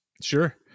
Sure